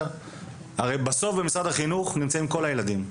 הרי בסוף במשרד החינוך נמצאים כל הילדים.